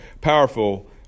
powerful